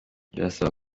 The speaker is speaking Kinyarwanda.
birasaba